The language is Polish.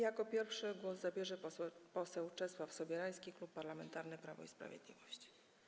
Jako pierwszy głos zabierze poseł Czesław Sobierajski, Klub Parlamentarny Prawo i Sprawiedliwość.